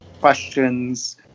questions